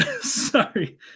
sorry